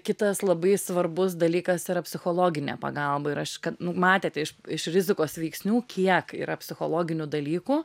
kitas labai svarbus dalykas yra psichologinė pagalba ir aš kad nu matėte iš rizikos veiksnių kiek yra psichologinių dalykų